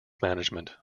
management